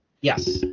Yes